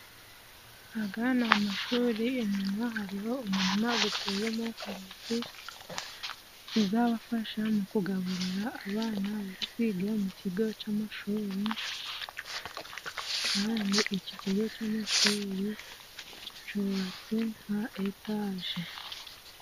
Ahagana amashuri inyuma, hariho umurima guteyemo karoti zizabafasha mu kugaburira abana bari kwiga mu kigo c'amashuri kandi iki kigo c'amashuri cubatse nka etaje.